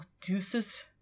Deuce's